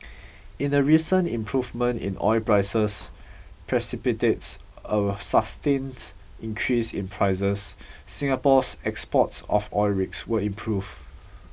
in the recent improvement in oil prices precipitates a sustained increase in prices Singapore's exports of oil rigs will improve